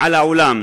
על העולם.